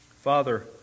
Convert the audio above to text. Father